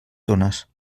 tones